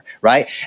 right